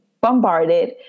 bombarded